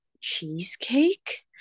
cheesecake